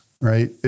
right